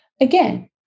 Again